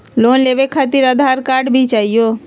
Loan लेवे खातिरआधार card भी चाहियो?